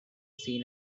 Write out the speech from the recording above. seen